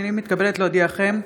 הינני מתכבדת להודיעכם,